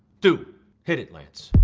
do hit it, lance.